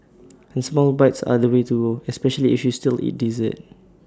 and small bites are the way to especially if you still eat dessert